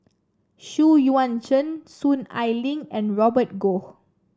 Xu Yuan Zhen Soon Ai Ling and Robert Goh